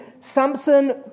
Samson